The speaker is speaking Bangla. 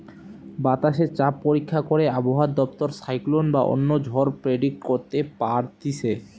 বাতাসে চাপ পরীক্ষা করে আবহাওয়া দপ্তর সাইক্লোন বা অন্য ঝড় প্রেডিক্ট করতে পারতিছে